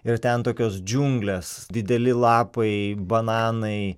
ir ten tokios džiunglės dideli lapai bananai